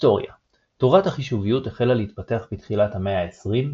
היסטוריה תורת החישוביות החלה להתפתח בתחילת המאה ה-20,